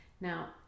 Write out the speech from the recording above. Now